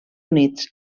units